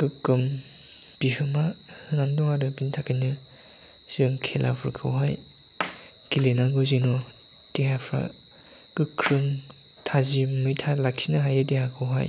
गोग्गोम बिहोमा होनानै दं आरो बिनि थाखायनो जों खेलाफोरखौहाय गेलेनांगौ जेन' देहाफ्रा गोख्रों थाजिमै थाल लाखिनो हायो देहाखौहाय